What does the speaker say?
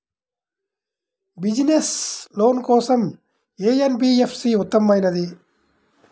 Business loan కోసం ఏ NBFC ఉత్తమమైనది?